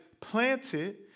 planted